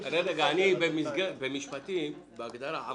אני במשפטים עם הארץ.